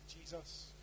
Jesus